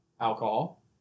alcohol